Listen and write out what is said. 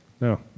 No